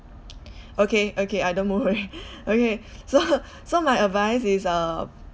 okay okay I don't move already okay so so my advice is err